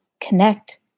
connect